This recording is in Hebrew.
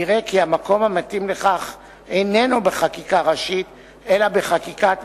נראה כי המקום המתאים לכך איננו בחקיקה ראשית אלא בחקיקת משנה,